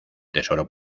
tesoro